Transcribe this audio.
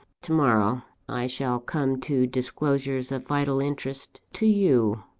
to-morrow i shall come to disclosures of vital interest to you.